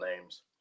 names